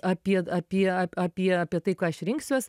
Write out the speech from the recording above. apie apie a apie apie tai ką aš rinksiuos